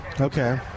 Okay